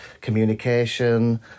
communication